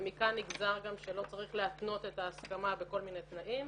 ומכאן נגזר גם שלא צריך להתנות את ההסכמה בכל מיני תנאים.